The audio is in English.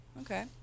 Okay